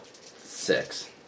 Six